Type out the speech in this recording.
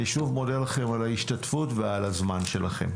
אני שוב מודה לכם על ההשתתפות ועל הזמן שלכם.